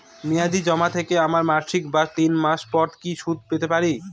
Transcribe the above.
মেয়াদী জমা থেকে আমি মাসিক বা তিন মাস পর কি সুদ পেতে পারি?